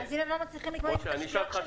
אם הם לא מצליחים להתמודד עם התשתיות של